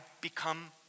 become